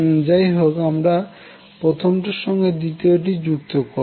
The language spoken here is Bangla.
যাইহোক আমরা প্রথমটির সঙ্গে দ্বিতীয়টির যুক্ত করবো